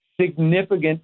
significant